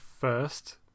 first